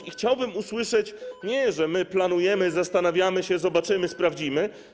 Nie chciałbym usłyszeć, że planujemy, zastanawiamy się, zobaczymy, sprawdzimy.